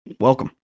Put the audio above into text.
Welcome